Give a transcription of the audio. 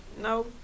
No